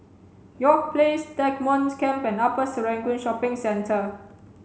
York Place Stagmont Camp and Upper Serangoon Shopping Centre